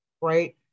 right